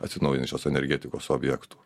atsinaujinančios energetikos objektų